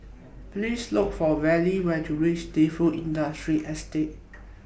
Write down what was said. Please Look For Villa when YOU REACH Defu Industrial Estate